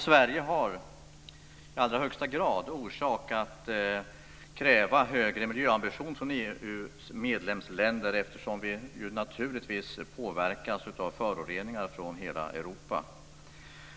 Sverige har i allra högsta grad orsak att kräva högre miljöambitioner från EU:s medlemsländer, eftersom vi naturligtvis påverkas av föroreningar från hela Europa.